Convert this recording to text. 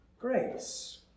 grace